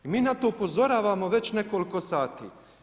Mi na to upozoravamo već nekoliko sati.